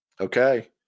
Okay